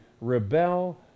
rebel